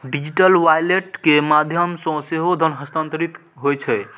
digital wallet के माध्यम सं सेहो धन हस्तांतरित होइ छै